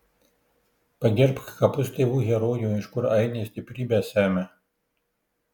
pagerbk kapus tėvų herojų iš kur ainiai stiprybę semia